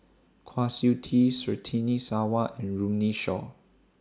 Kwa Siew Tee Surtini Sarwan and Runme Shaw